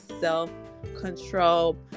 self-control